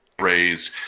raised